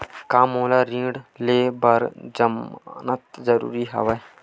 का मोला ऋण ले बर जमानत जरूरी हवय?